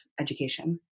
education